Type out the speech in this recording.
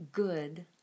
Good